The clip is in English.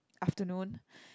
afternoon